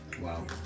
Wow